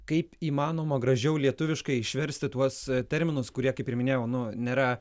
kaip įmanoma gražiau lietuviškai išversti tuos terminus kurie kaip ir minėjau nu nėra